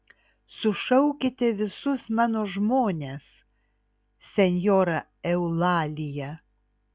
sušaukite visus mano žmones senjora eulalija